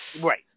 right